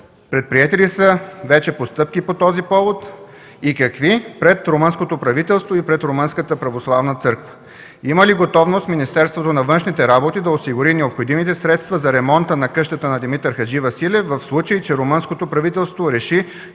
Предприети ли са вече постъпки по този повод и какви пред румънското правителство и пред Румънската православна църква? Има ли готовност Министерството на външните работи да осигури необходимите средства за ремонта на къщата на Димитър Хадживасилев в случай, че румънското правителство реши